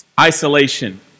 Isolation